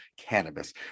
cannabis